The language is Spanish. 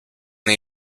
una